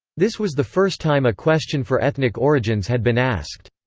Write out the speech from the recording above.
this was the first time a question for ethnic origins had been asked.